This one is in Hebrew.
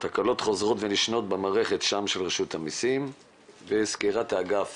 תקלות חוזרות ונשנות במערכת שע"ם של רשות המסים וסקירת האגף